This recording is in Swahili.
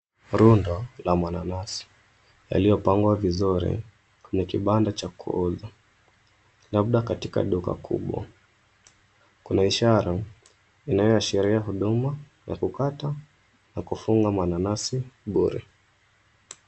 Runda la mananasi yaliyopangwa vizuri kwenye kibanda cha kuuza labda katika duka kubwa. Kuna ishara inayoashiria huduma ya kukata na kufunga mananasi bure.